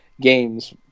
games